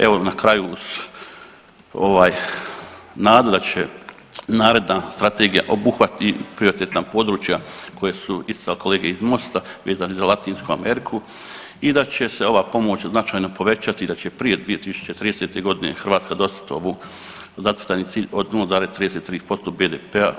Evo na kraju ovaj nada da će naredna strategija obuhvatiti i prioritetna područja koja su … kolege iz MOST-a vezano za Latinsku Ameriku i da će se ova pomoć značajno povećati i da će prije 2030. godine Hrvatska dostići ovu zacrtani cilj od 0,33% BDP-a.